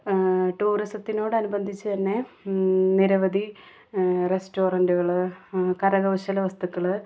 ടൂറിസത്തിനോട് അനുബന്ധിച്ച് തന്നെ നിരവധി റെസ്റ്റോറൻ്റുകൾ കരകൗശല വസ്തുക്കൾ